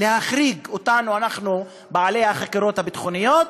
להחריג אותנו, אנחנו, בעלי החקירות הביטחוניות,